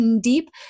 deep